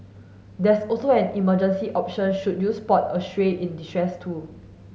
there's also an emergency option should you spot a stray in distress too